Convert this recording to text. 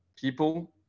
people